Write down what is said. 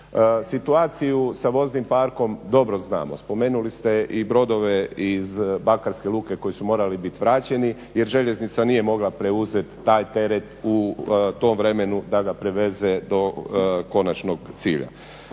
Situaciju sa voznim parkom dobro znamo. Spomenuli ste i brodove iz Bakarske luke koji su morali biti vraćeni jer željeznica nije mogla preuzeti taj teret u tom vremenu da ga preveze do konačnog cilja.